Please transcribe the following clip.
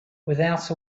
without